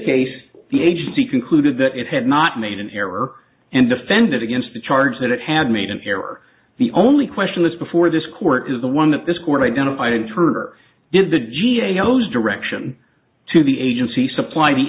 case the agency concluded that it had not made an error and defended against the charge that it had made an error the only question is before this court is the one that this court identified and turner did the g a o those direction to the agency supply the